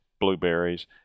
blueberries